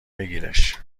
بگیرش